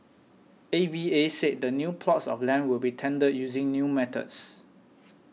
A V A said the new plots of land will be tendered using new methods